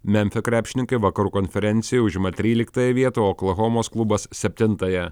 memfio krepšininkai vakarų konferencijoj užima tryliktąją vietą o oklahomos klubas septintąją